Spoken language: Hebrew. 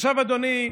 עכשיו, אדוני,